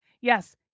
Yes